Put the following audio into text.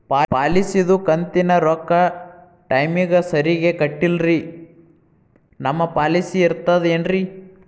ಪಾಲಿಸಿದು ಕಂತಿನ ರೊಕ್ಕ ಟೈಮಿಗ್ ಸರಿಗೆ ಕಟ್ಟಿಲ್ರಿ ನಮ್ ಪಾಲಿಸಿ ಇರ್ತದ ಏನ್ರಿ?